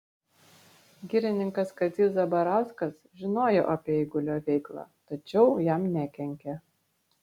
girininkas kazys zabarauskas žinojo apie eigulio veiklą tačiau jam nekenkė